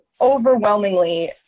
overwhelmingly